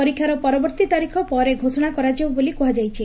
ପରୀକ୍ଷାର ପରବର୍ତ୍ତୀ ତାରିଖ ପରେ ଘୋଷଣା କରାଯିବ ବୋଲି କୁହାଯାଇଛି